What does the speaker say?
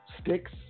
sticks